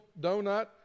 donut